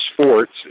sports